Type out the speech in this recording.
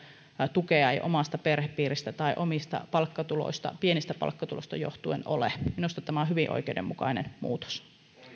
tukea ei omasta perhepiiristä tai omista pienistä palkkatuloista johtuen ole minusta tämä on hyvin oikeudenmukainen muutos